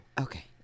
Okay